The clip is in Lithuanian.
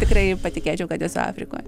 tikrai patikėčiau kad esu afrikoj